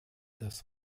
das